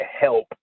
help